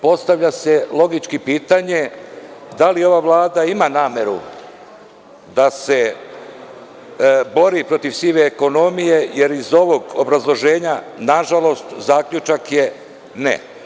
Postavlja se logički pitanje, da li ova Vlada ima nameru da se bori protiv sive ekonomije, jer iz ovog obrazloženja nažalost zaključak je – ne.